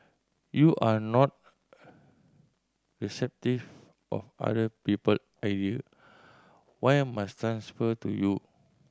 you are not receptive of other people area why must transfer to you